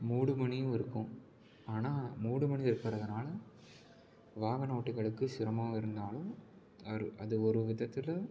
மூடுபனியும் இருக்கும் ஆனால் மூடுபனி இருக்கிறதுனால வாகன ஓட்டிகளுக்கு சிரமமாக இருந்தாலும் அரு அது ஒரு விதத்தில்